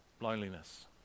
loneliness